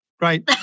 right